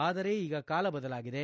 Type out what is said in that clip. ಆದರೆ ಈಗ ಕಾಲ ಬದಲಾಗಿದೆ